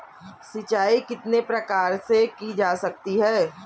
सिंचाई कितने प्रकार से की जा सकती है?